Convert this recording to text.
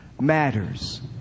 matters